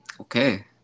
Okay